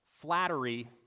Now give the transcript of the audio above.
flattery